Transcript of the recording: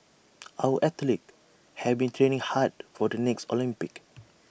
our athletes have been training hard for the next Olympics